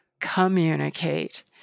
communicate